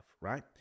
right